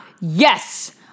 yes